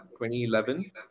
2011